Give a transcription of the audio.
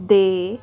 ਦੇ